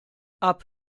app